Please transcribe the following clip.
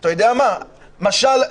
משל,